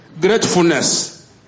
gratefulness